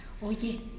Oye